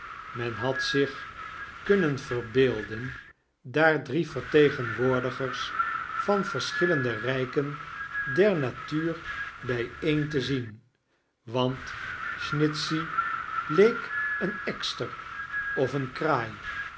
men had zich kunnen verbeelden daar drie vertegenwoordigers van verschilleiade rijken der natuur bijeen te zien want snitchey leek een ekster of eene kraai